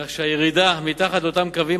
כך שהירידה מתחת לאותם קווים,